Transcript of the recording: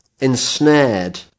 ensnared